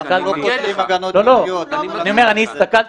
אני הסתכלתי,